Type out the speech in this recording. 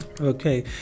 Okay